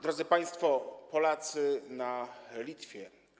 Drodzy państwo, Polacy na Litwie.